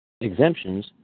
Exemptions